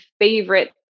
favorite